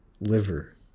liver